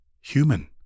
human